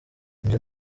njye